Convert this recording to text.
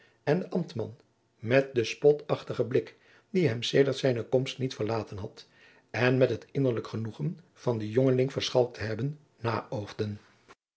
en de ambtman met den spotachtigen blik die hem sedert zijne komst niet verlaten had en met het innerlijk genoegen van den jongeling verschalkt te hebben naoogden